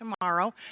tomorrow